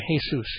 Jesus